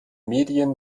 medien